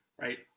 right